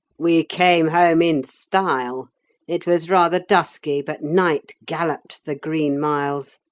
we came home in style it was rather dusky, but night galloped the green miles.